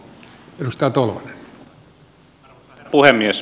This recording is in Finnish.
arvoisa herra puhemies